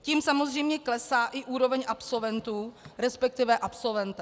Tím samozřejmě klesá i úroveň absolventů, respektive absolventek.